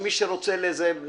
מי שרוצה לדבר אנא